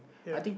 ya